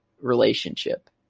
relationship